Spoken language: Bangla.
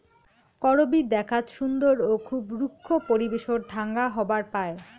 করবী দ্যাখ্যাত সুন্দর ও খুব রুক্ষ পরিবেশত ঢাঙ্গা হবার পায়